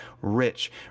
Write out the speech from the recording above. rich